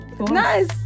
nice